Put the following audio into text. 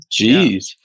Jeez